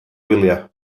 wyliau